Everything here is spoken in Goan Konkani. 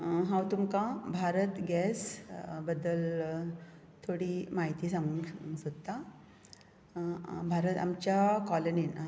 हांव तुमकां भारत गॅस बद्दल थोडी म्हायती सागूंक सोदता भारत आमच्या कोलनिन